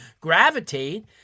gravitate